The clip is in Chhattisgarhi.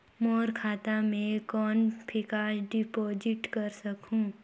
मोर बैंक खाता मे कौन फिक्स्ड डिपॉजिट कर सकहुं?